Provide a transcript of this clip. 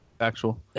Actual